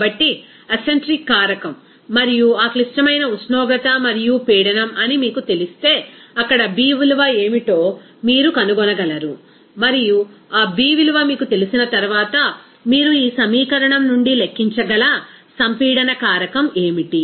కాబట్టి అసెంట్రిక్ కారకం మరియు ఆ క్లిష్టమైన ఉష్ణోగ్రత మరియు పీడనం అని మీకు తెలిస్తే అక్కడ B విలువ ఏమిటో మీరు కనుగొనగలరు మరియు ఆ B విలువ మీకు తెలిసిన తర్వాత మీరు ఈ సమీకరణం నుండి లెక్కించగల సంపీడన కారకం ఏమిటి